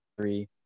three